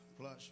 plus